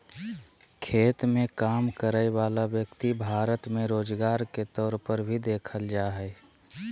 खेत मे काम करय वला व्यक्ति भारत मे रोजगार के तौर पर भी देखल जा हय